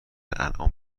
انعام